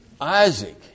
Isaac